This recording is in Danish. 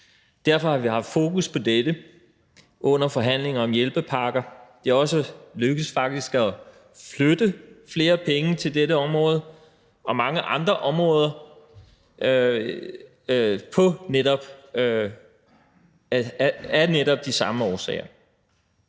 Derfor har vi haft fokus på dette under forhandlinger om hjælpepakker. Det er faktisk også lykkedes faktisk at flytte flere penge til dette område og mange andre områder af netop de samme årsager.